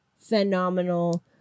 Phenomenal